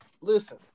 Listen